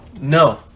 No